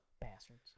Bastards